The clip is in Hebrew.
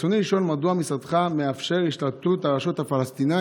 רצוני לשאול: מדוע משרדך מאפשר השתלטות של הרשות הפלסטינית